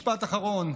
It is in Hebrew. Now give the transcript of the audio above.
משפט אחרון.